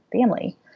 family